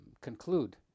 conclude